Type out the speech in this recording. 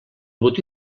botí